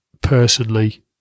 personally